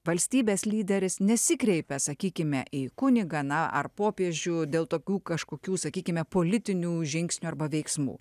valstybės lyderis nesikreipia sakykime į kunigą na ar popiežių dėl tokių kažkokių sakykime politinių žingsnių arba veiksmų